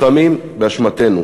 לפעמים באשמתנו.